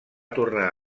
tornar